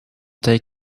take